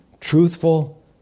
Truthful